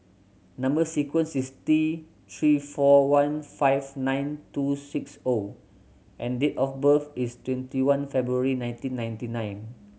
number sequence is T Three four one five nine two six O and date of birth is twenty one February nineteen ninety nine